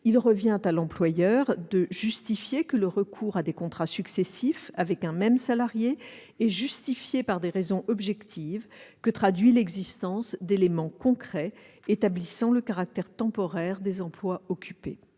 il revient à l'employeur de justifier que le recours à des contrats successifs avec un même salarié est justifié par des raisons objectives que traduit l'existence d'éléments concrets établissant le caractère temporaire des emplois occupés.